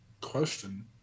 question